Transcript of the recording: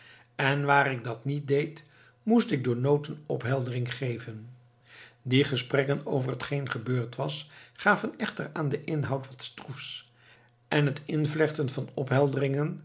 en waar ik dat niet deed moest ik door noten ophelderingen geven die gesprekken over hetgeen gebeurd was gaven echter aan den inhoud wat stroefs en het invlechten van ophelderingen